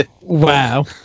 Wow